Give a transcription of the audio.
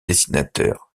dessinateur